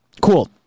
Cool